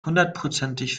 hundertprozentig